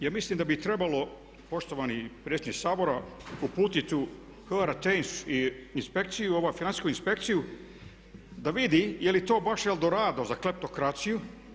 Ja mislim da bi trebalo, poštovani predsjedniče Sabora, uputiti u … inspekciju, financijsku inspekciju da vidi je li to baš eldorado za kleptokraciju.